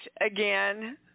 again